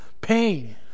Pain